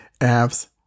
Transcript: Apps